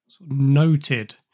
noted